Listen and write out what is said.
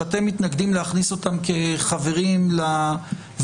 שאתם מתנגדים להכניס אותם כחברים לוועדה.